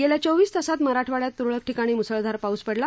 गेल्या चोवीस तासात मराठवाड्यात त्रळक ठिकाणी मुसळधार पाऊस पडला